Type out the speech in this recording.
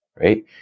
right